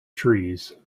trees